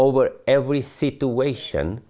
over every situation